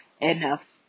enough